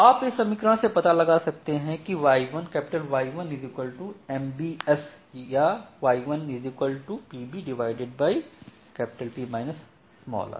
आप इस समीकरण से पता लगा सकते है कि Y1 MBS या Y1 Pb P - r